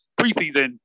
preseason